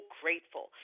grateful